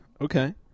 Okay